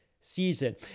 Season